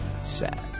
Sad